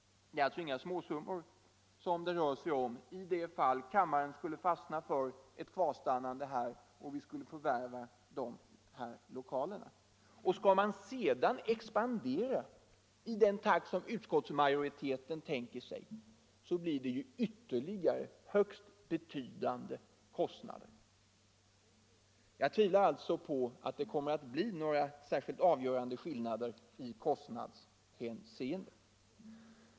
Det är alltså inga småsummor det rör sig om i det fall kammaren skulle fastna för ett kvarstannande i Kulturhuset och vi skulle förvärva de här lokalerna. Skall vi sedan expandera i den takt som utskottsmajoriteten tänker sig, blir det ytterligare högst betydande kostnader.